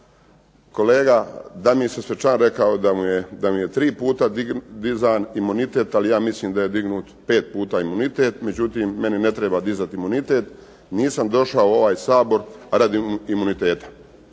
kolega Damir Sesvečan je rekao da mi je tri puta dizan imunitet. Ali ja mislim da je dignut 5 puta imunitet. Međutim, meni ne treba dizati imunitet nisam došao u ovaj Sabor radi imuniteta.